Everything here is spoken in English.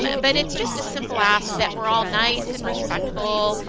um ah but it's just a simple ask that were all nice and respectful.